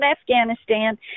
Afghanistan